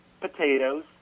potatoes